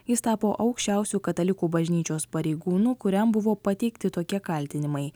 jis tapo aukščiausiu katalikų bažnyčios pareigūnu kuriam buvo pateikti tokie kaltinimai